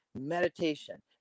Meditation